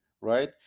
right